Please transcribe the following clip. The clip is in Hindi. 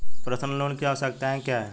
पर्सनल लोन की आवश्यकताएं क्या हैं?